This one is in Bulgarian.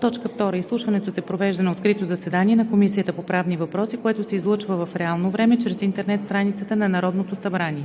кодекс. 2. Изслушването се провежда на открито заседание на Комисията по правни въпроси, което се излъчва в реално време чрез интернет страницата на Народното събрание.